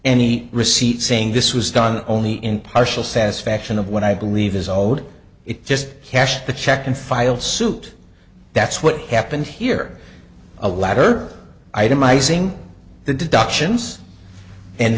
any receipt saying this was done only in partial satisfaction of what i believe is old it just cashed the check and file suit that's what happened here a ladder itemizing the deductions and